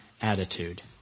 attitude